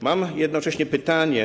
Mam jednocześnie pytanie.